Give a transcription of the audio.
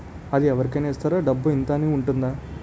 అది అవరి కేనా ఇస్తారా? డబ్బు ఇంత అని ఉంటుందా?